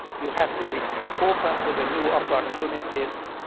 you have to be open to the new opportunities,